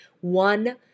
one